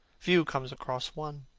few come across one.